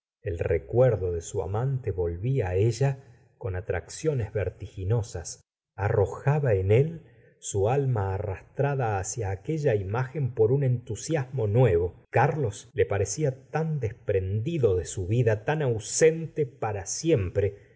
el recuerdo de su amante volvía á ella con atracciones vertiginosas arrojaba en él su alma arrastrada hacia aquella imagen por un entusiasmo nuevo y carlos le parecía tan desprendido de su vida tan ausente para siempre